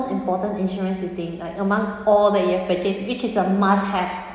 important insurance you think like among all that you have purchase which is a must have